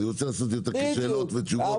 אני רוצה לעשות את זה יותר כשאלות ותשובות